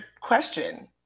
question